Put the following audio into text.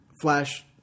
Flash